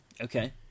Okay